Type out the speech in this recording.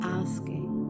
asking